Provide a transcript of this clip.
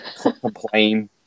complain